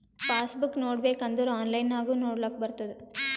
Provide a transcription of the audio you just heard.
pass book ನೋಡ್ಬೇಕ್ ಅಂದುರ್ online ನಾಗು ನೊಡ್ಲಾಕ್ ಬರ್ತುದ್